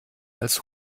als